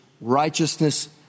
righteousness